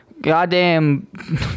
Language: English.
...goddamn